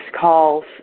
calls